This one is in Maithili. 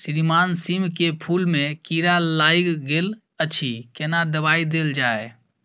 श्रीमान सीम के फूल में कीरा लाईग गेल अछि केना दवाई देल जाय?